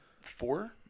four